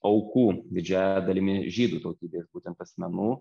aukų didžiąja dalimi žydų tautybės būtent asmenų